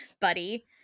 buddy